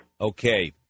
Okay